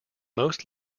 most